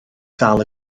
ddal